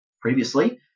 previously